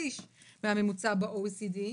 שליש מהממוצע ב-OECD.